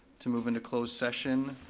to move into closed session.